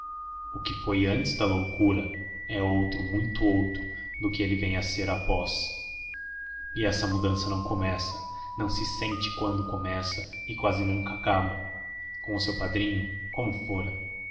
o que foi antes da loucura é outro muito outro do que ele vem a ser após e essa mudança não começa não se sente quando começa e quase nunca acaba com o seu padrinho como fora